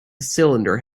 cylinder